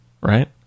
right